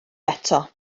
eto